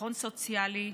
ביטחון סוציאלי,